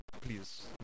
please